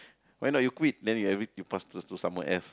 why not you quit then you every you pass to to someone else